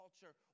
culture